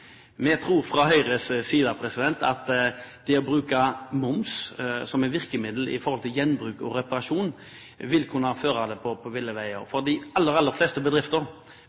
Vi tror fra Høyres side at det å bruke moms som et virkemiddel i forbindelse med gjenbruk og reparasjon vil kunne føre en på ville veier, for de aller, aller fleste bedrifter